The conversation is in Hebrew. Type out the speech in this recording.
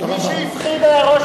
תודה רבה.